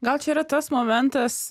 gal čia yra tas momentas